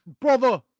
Brother